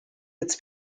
its